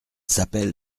s’appelle